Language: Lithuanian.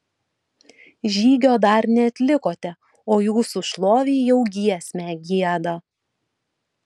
žygio dar neatlikote o jūsų šlovei jau giesmę gieda